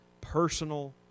personal